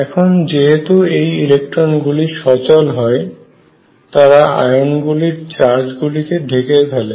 এখন যেহেতু এই ইলেকট্রনগুলি সচল হয় তারা আয়ন গুলির চার্জ গুলিকে ঢেকে ফেলে